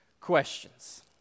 questions